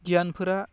गियानफोरा